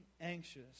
anxious